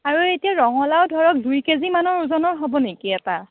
আৰু এতিয়া ৰঙলাও ধৰক দুই কেজিমানৰ ওজনৰ হ'ব নেকি এটা